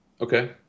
Okay